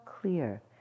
clear